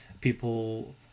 people